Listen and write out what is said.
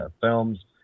films